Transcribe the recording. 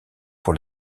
pour